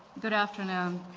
good afternoon.